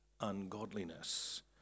ungodliness